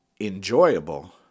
enjoyable